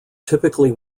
typically